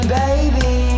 baby